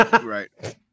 Right